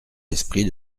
l’esprit